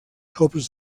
cops